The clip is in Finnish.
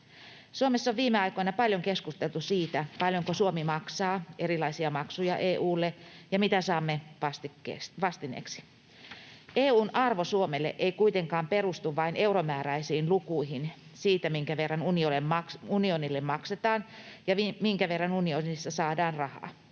Suomessa on viime aikoina paljon keskusteltu siitä, paljonko Suomi maksaa erilaisia maksuja EU:lle ja mitä saamme vastineeksi. EU:n arvo Suomelle ei kuitenkaan perustu vain euromääräisiin lukuihin siitä, minkä verran unionille maksetaan ja minkä verran unionissa saadaan rahaa.